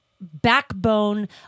backbone